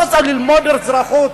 לא רוצים ללמוד אזרחות,